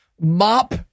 mop